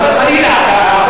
חס וחלילה.